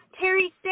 Terry